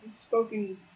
spoken